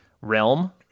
realm